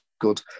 good